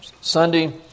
Sunday